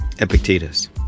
Epictetus